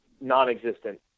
non-existent